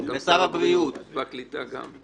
ושר הבריאות ושר הקליטה.